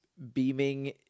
Beaming